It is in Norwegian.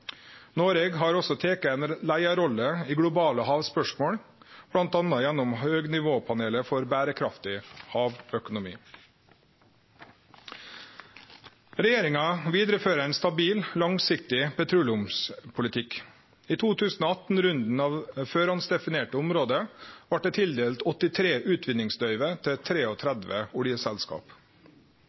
Noreg har også teke ei leiarrolle i globale havspørsmål, bl.a. gjennom Høgnivåpanelet for ein berekraftig havøkonomi. Regjeringa vidarefører ein stabil, langsiktig petroleumspolitikk. I 2018-runden av førehandsdefinerte område vart det tildelt 83 utvinningsløyve til 33 oljeselskap.